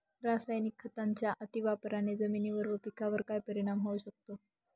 रासायनिक खतांच्या अतिवापराने जमिनीवर व पिकावर काय परिणाम होऊ शकतो?